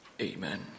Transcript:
Amen